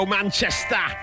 Manchester